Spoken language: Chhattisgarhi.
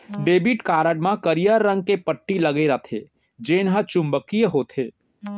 डेबिट कारड म करिया रंग के पट्टी लगे रथे जेन हर चुंबकीय होथे